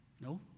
No